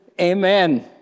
Amen